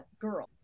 girl